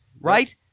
right